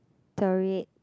terroriste